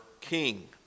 king